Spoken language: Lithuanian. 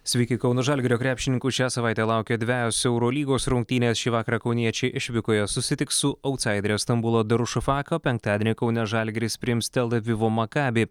sveiki kauno žalgirio krepšininkų šią savaitę laukia dvejos eurolygos rungtynės šį vakarą kauniečiai išvykoje susitiks su autsaidere stambulo darušafaka o penktadienį kaune žalgiris priims tel avivo makabį